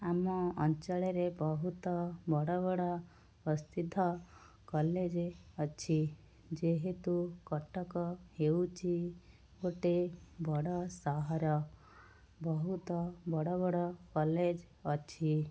ଆମ ଅଞ୍ଚଳରେ ବହୁତ ବଡ଼ ବଡ଼ ପ୍ରସିଦ୍ଧ କଲେଜ ଅଛି ଯେହେତୁ କଟକ ହେଉଛି ଗୋଟେ ବଡ଼ ସହର ବହୁତ ବଡ଼ ବଡ଼ କଲେଜ ଅଛି